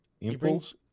Impulse